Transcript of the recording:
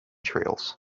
trails